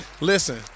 listen